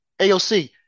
AOC